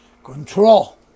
control